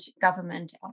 government